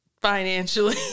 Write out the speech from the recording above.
financially